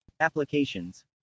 Applications